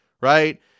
right